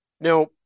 Now